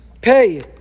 pay